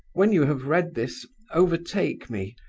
when you have read this, overtake me,